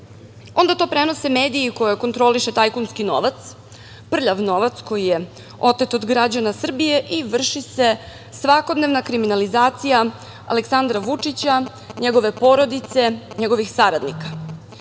Onda to prenose mediji koje kontroliše tajkunski novac, prljav novac, koji je otet od građana Srbije i vrši se svakodnevna kriminalizacija Aleksandra Vučića, njegove porodice, njegovih saradnika